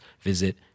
visit